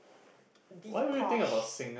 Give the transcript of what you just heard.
Dee-Kosh